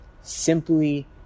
Simply